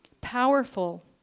powerful